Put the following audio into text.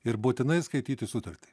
ir būtinai skaityti sutartį